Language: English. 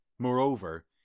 Moreover